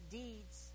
deeds